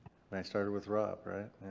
and i started with rob, right.